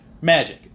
Magic